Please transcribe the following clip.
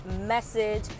message